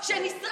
תודה לך.